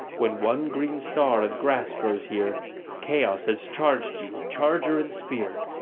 when one green star of grass grows here chaos has charged you, charger and spear,